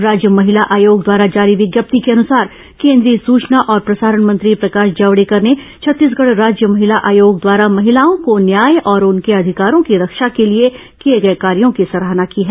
राज्य महिला आयोग द्वारा जारी विज्ञप्ति के अनुसार केन्द्रीय सचना और प्रसारण मंत्री प्रकाश जावडेकर ने छत्तीसगढ राज्य महिला आयोग द्वारा महिलाओं को न्याय और उनके अधिकारों की रक्षा के लिए किए गए कार्यों की सराहना की है